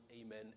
amen